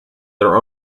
their